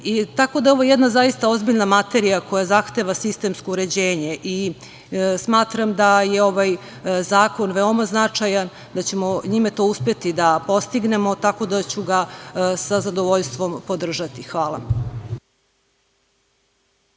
Ovo je jedna zaista ozbiljna materija koja zahteva sistemsko uređenje i smatram da je ovaj zakon veoma značajan, da ćemo njime to uspeti da postignemo tako da ću ga sa zadovoljstvom podržati. Hvala.